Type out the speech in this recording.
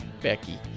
Becky